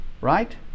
right